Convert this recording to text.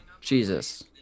Jesus